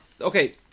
okay